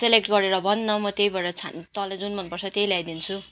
select गरेर भन न म त्यहीबाट छान तँलाई जुन मनपर्छ त्यही ल्याइदिन्छु